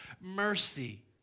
mercy